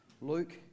Luke